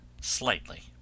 slightly